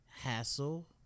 hassle